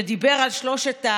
שדיבר על שלושת,